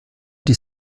die